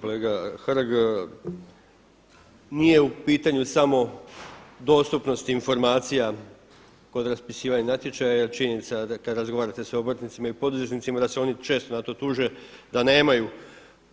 Kolega Hrg, nije u pitanju samo dostupnost informacija kod raspisivanja natječaja jer činjenica da kada razgovarate sa obrtnicima i poduzetnicima da se oni često na to tuže da nemaju